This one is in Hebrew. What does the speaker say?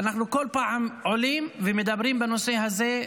אנחנו כל פעם עולים ומדברים בנושא הזה,